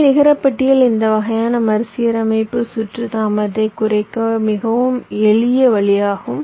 எனவே நிகரப்பட்டியல் இந்த வகையான மறுசீரமைப்பு சுற்று தாமதத்தை குறைக்க மிகவும் எளிய வழியாகும்